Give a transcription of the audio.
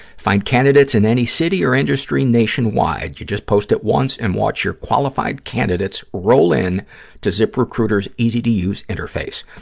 find candidates in any city or industry nationwide. you just post it once and watch your qualified candidates roll in to ziprecruiter's easy-to-use interface.